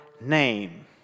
name